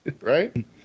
Right